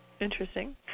Interesting